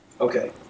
Okay